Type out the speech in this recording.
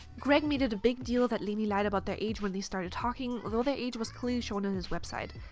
greg made it a big deal that lainey lied about their age when they started talking though their age was clearly shown on his website.